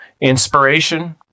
inspiration